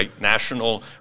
National